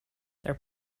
their